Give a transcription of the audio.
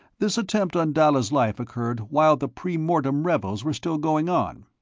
this attempt on dalla's life occurred while the pre-mortem revels were still going on.